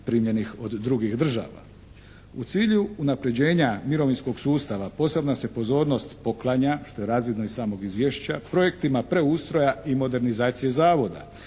primljenih od drugih država. U cilju unapređenja mirovinskog sustava posebna se pozornost poklanja što je razvidno iz samog izvješća projektima preustroja i modernizacije Zavoda.